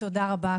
תודה רבה,